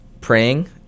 praying